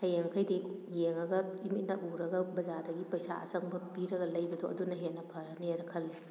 ꯍꯌꯦꯡꯈꯩꯗꯤ ꯌꯦꯡꯉꯒ ꯏꯃꯤꯠꯅ ꯎꯔꯒ ꯕꯖꯥꯔꯗꯒꯤ ꯄꯩꯁꯥ ꯑꯆꯪꯕ ꯄꯤꯔꯒ ꯂꯩꯕꯗꯣ ꯑꯗꯨꯅ ꯍꯦꯟꯅ ꯐꯔꯅꯦꯅ ꯈꯜꯂꯦ